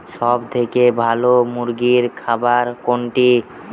সবথেকে ভালো মুরগির খাবার কোনটি?